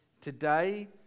Today